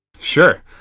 Sure